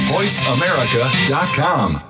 VoiceAmerica.com